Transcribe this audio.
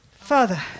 Father